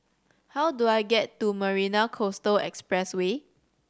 how do I get to Marina Coastal Expressway